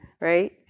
right